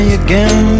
again